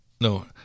No